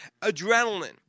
adrenaline